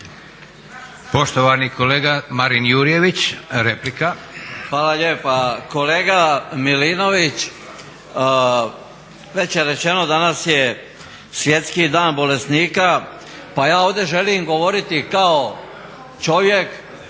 Poštovani kolega Marin Jurjević, replika.